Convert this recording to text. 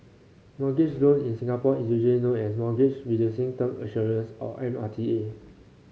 mortgage loan in Singapore is usually known as Mortgage Reducing Term Assurance or M R T A